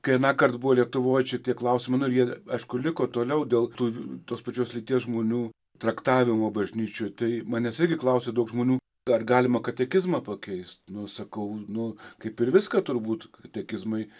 kai anąkart buvo lietuvoj čia tie klausimai nu ir jie aišku liko toliau dėl tų tos pačios lyties žmonių traktavimo bažnyčioj tai manęs irgi klausė daug žmonių ar galima katekizmą pakeist nu sakau nu kaip ir viską turbūt katekizmai